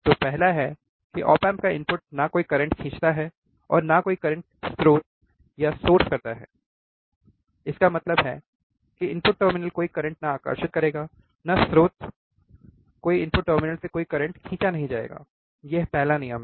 तो पहला है कि ऑप एम्प का इनपुट ना कोई करंट खींचता है और ना कोई करंट स्रोत करता है इसका मतलब है कि इनपुट टर्मिनल कोई करंट ना आकर्षित करेगा और ना स्रोत कोई इनपुट टर्मिनलों से कोई करंट खींचा नहीं जाएगा यह पहला नियम है